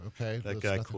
Okay